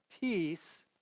peace